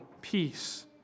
peace